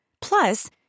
Plus